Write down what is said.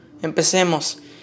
Empecemos